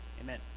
amen